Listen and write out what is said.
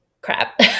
crap